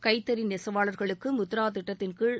கைத்தறி நெசவாளர்களுக்கு முத்ரா திட்டத்தின்கீழ்